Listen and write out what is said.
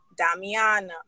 Damiana